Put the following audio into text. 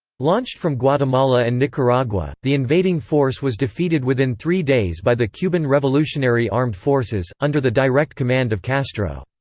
launched from guatemala and nicaragua, the invading force was defeated within three days by the cuban revolutionary armed forces, under the direct command of castro.